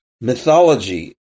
mythology